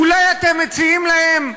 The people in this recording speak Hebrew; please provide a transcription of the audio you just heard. אולי אתם מציעים להם,